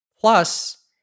Plus